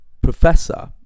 professor